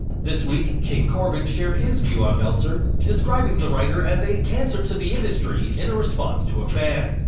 this week, king corbin shared his view on meltzer, describing the writer as a cancer to the industry in response to a fan.